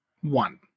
one